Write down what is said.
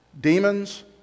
Demons